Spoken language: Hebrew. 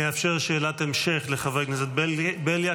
אני אאפשר שאלת המשך לחבר הכנסת בליאק,